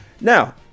now